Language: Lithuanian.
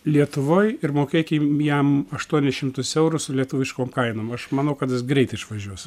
lietuvoj ir mokėkim jam aštuonis šimtus eurų su lietuviškom kainom aš manau kad jis greit išvažiuos